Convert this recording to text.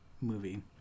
movie